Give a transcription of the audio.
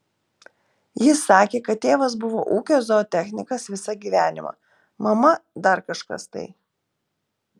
jis sakė kad tėvas buvo ūkio zootechnikas visą gyvenimą mama dar kažkas tai